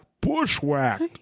bushwhacked